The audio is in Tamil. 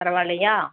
பரவாயில்லையா